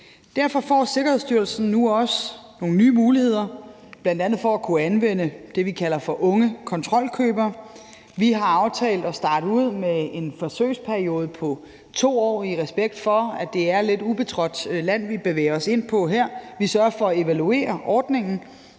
Derfor får Sikkerhedsstyrelsen nu også nogle nye muligheder, bl.a. for at kunne anvende det, vi kalder for unge kontrolkøbere. Vi har aftalt at starte ud med en forsøgsperiode på 2 år, i respekt for at det er lidt ubetrådt land, vi bevæger os ind på her. Vi sørger for at evaluere ordningen,